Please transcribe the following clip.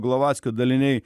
glovackio daliniai